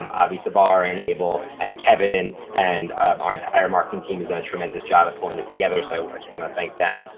um avi savar, anne able and kevin and our entire marketing team has done a tremendous job of pulling this together. so i just wanna thank them.